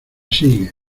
sigue